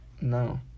No